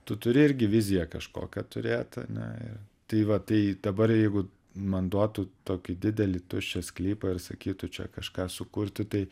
tu turi irgi viziją kažkokią turėt ane tai va tai dabar jeigu man duotų tokį didelį tuščią sklypą ir sakytų čia kažką sukurti tai